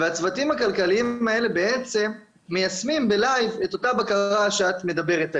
הצוותים הכלכליים האלה בעצם מיישמים בלייב את אותה בקרה שאת מדברת עליה.